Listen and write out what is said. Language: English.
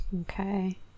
Okay